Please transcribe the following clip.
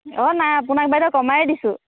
অ' নাই আপোনাক বাইদেউ কমাই দিছোঁ